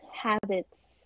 Habits